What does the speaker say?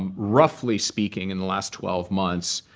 um roughly speaking, in the last twelve months,